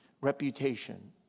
reputation